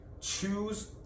choose